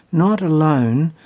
not alone,